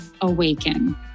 AWAKEN